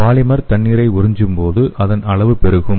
polymer தண்ணீரை உறிஞ்சும் போது அதன் அளவு பெருகும்